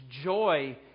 joy